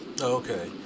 Okay